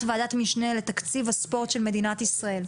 ועדת משנה לתקציב הספורט של מדינת ישראל.